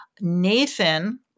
Nathan